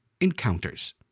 encounters